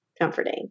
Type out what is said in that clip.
comforting